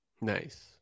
Nice